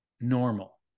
normal